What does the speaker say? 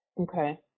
Okay